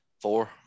Four